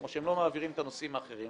כמו שהם לא מעבירים את הנושאים האחרים.